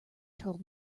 told